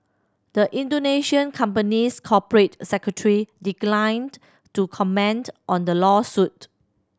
the Indonesian company's corporate secretary declined to comment on the lawsuit